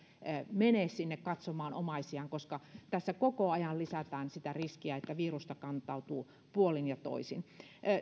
mene sinne katsomaan omaisiaan koska tässä koko ajan lisätään sitä riskiä että virusta kantautuu puolin ja toisin